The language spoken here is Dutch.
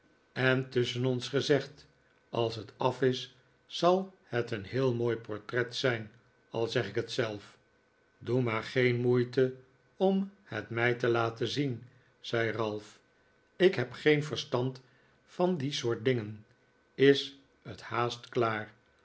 en tusschen ons gezegd als het af is zal het een heel mooi portret zijn al zeg ik het zelf doe maar geen moeite om het mij te laten zien zei ralph ik heb geen verstand van die soort dingen is het haast klaar